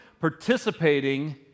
participating